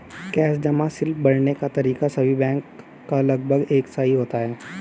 cash जमा slip भरने का तरीका सभी बैंक का लगभग एक सा ही होता है